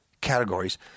categories